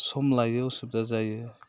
सम लायो उसुबिदा जायो